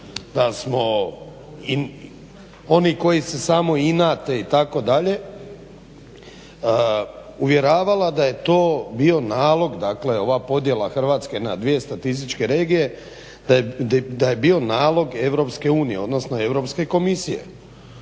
da smo oni koji se samo inate itd. uvjeravala da je to bio naloga, dakle ova podjela Hrvatske na dvije statističke regije da je bio nalog EU odnosno Europske komisije.